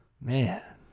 Man